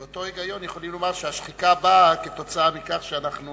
באותו היגיון יכולים לומר שהשחיקה באה כתוצאה מכך שאנחנו